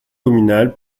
communal